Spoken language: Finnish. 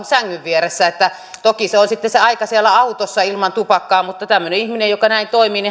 sängyn vieressä että toki se on sitten sen ajan siellä autossa ilman tupakkaa mutta tämmöinen ihminen joka näin toimii